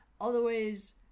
Otherwise